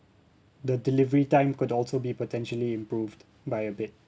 the delivery time could also be potentially improved by a bit